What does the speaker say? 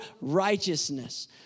righteousness